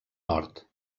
nord